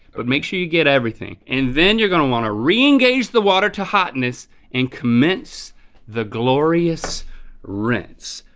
but make sure you get everything. and then you're gonna wanna re-engage the water to hotness and commence the glorious rinse.